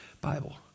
Bible